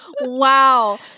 wow